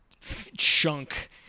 chunk